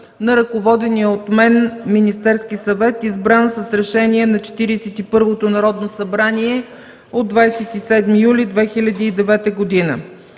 на ръководения от мен Министерски съвет, избран с Решение на 41-то Народно събрание от 27 юли 2009 г.